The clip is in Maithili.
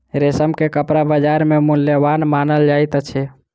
रेशम के कपड़ा बजार में मूल्यवान मानल जाइत अछि